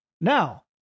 Now